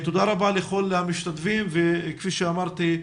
תודה רבה לכל המשתתפים וכפי שאמרתי,